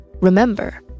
Remember